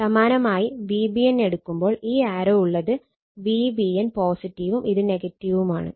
സമാനമായി Vbn എടുക്കുമ്പോൾ ഈ ആരോ ഉള്ളത് Vbn ഉം ഇത് ഉം ആണ്